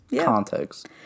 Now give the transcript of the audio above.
context